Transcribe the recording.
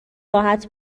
راحت